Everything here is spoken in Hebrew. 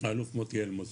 האלוף מוטי אלמוז